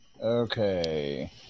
Okay